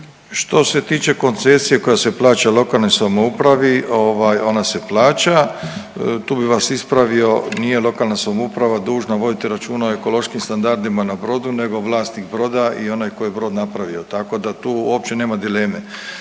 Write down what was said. Što se tiče koncesije koja se plaća lokalnoj samoupravi ovaj ona se plaća. Tu bih vas ispravio nije lokalna samouprava dužna voditi računa o ekološkim standardima na brodu nego vlasnik broda i onaj tko je brod napravio. Tako da tu uopće nema dileme.